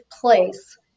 place